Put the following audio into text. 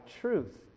truth